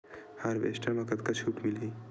Harvester म कतका छूट मिलही?